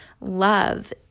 love